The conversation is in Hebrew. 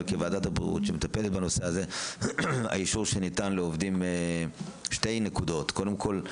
אבל כוועדת הבריאות שמטפלת בנושא הזה שתי נקודות: קודם כל,